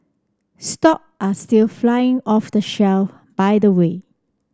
stock are still flying off the shelf by the way